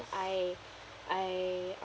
I I